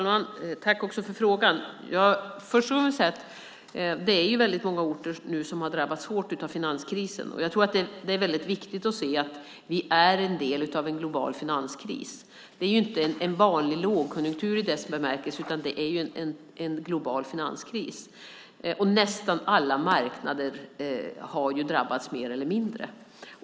Fru talman! Tack för frågan! Det är väldigt många orter som nu har drabbats hårt av finanskrisen. Jag tror att det är väldigt viktigt att se att vi är en del av en global finanskris. Det är inte en vanlig lågkonjunktur i dess bemärkelse, utan det är en global finanskris. Och nästan alla marknader har drabbats mer eller mindre.